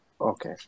Okay